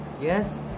Yes